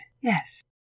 Yes